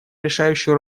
решающую